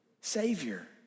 Savior